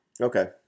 Okay